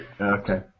Okay